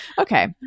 Okay